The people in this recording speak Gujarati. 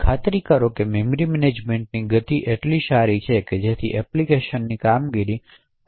ખાતરી કરો કે મેમરી મેનેજમેન્ટની ગતિ એટલી સારી છે કે જેથી એપ્લિકેશનની કામગીરી ખૂબ પ્રભાવિત ન થાય